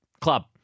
club